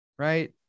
right